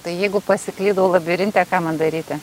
tai jeigu pasiklydau labirinte ką man daryti